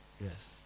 Yes